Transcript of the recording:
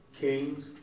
kings